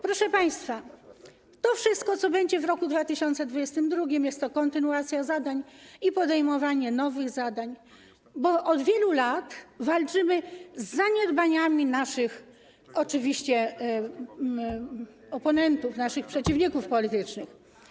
Proszę państwa, to wszystko, co będzie w roku 2022, będzie stanowiło kontynuację zadań i podejmowanie nowych zadań, bo od wielu lat walczymy z zaniedbaniami naszych oponentów, naszych przeciwników politycznych.